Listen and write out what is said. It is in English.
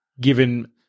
given